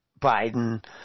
Biden